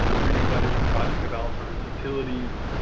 renewable energy project developers, utilities,